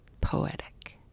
poetic